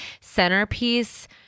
Centerpiece